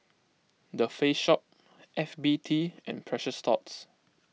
the Face Shop F B T and Precious Thots